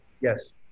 Yes